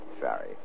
Sorry